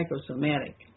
psychosomatic